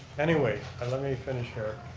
anyway, let me finish here.